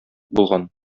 булган